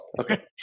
Okay